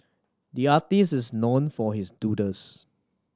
the artist is known for his doodles